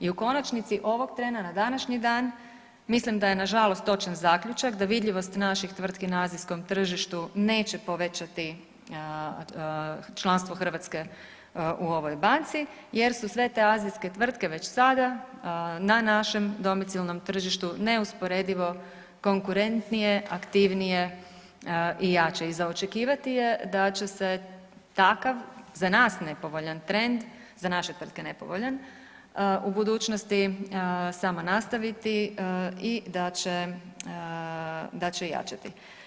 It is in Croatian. I u konačnici, ovog trena na današnji dan mislim da je nažalost točan zaključak da vidljivost naših tvrtki na azijskom tržištu neće povećati članstvo Hrvatske u ovoj banci jer su sve te azijske tvrtke već sada na našem domicilnom tržištu neusporedivo konkurentnije, aktivnije i jače i za očekivati je da će se takav za nas nepovoljan trend, za naše tvrtke nepovoljan, u budućnosti samo nastaviti i da će, da će jačati.